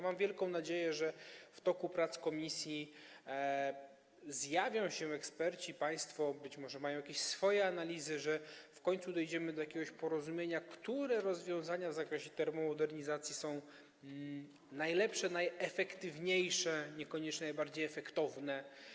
Mam wielką nadzieję, że w toku prac komisji zjawią się eksperci, że państwo być może mają i przedstawią jakieś swoje analizy, że w końcu dojdziemy do porozumienia, które rozwiązania w zakresie termomodernizacji są najlepsze, najefektywniejsze, a niekoniecznie najbardziej efektowne.